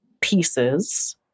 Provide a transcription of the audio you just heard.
pieces